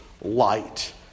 light